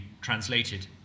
translated